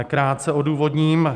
Krátce odůvodním.